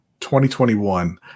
2021